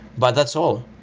but that's all.